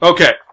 Okay